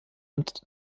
und